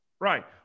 right